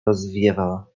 rozwiewa